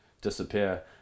disappear